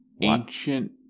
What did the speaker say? ancient